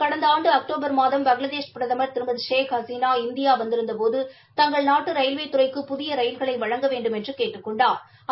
கடந்த ஆண்டு அக்டோபர் மாதம் பங்ளாதேஷ் பிரதமர் திருமதி ஷேக் கலினா இந்தியா வந்திருந்தபோது தங்கள் நாட்டு ரயில்வே துறைக்கு புதிய ரயில்களை வழங்க வேண்டுமென்று கேட்டுக் கொண்டாா்